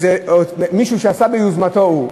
זה מישהו שעשה ביוזמתו שלו.